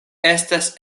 estas